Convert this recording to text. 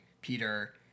Peter